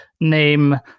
name